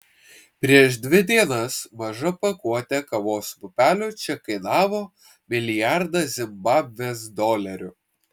prieš dvi dienas maža pakuotė kavos pupelių čia kainavo milijardą zimbabvės dolerių